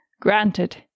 Granted